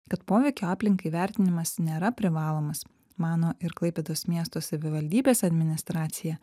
kad poveikio aplinkai vertinimas nėra privalomas mano ir klaipėdos miesto savivaldybės administracija